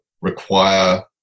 require